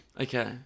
Okay